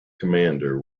commander